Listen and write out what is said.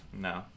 No